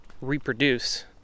reproduce